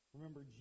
Remember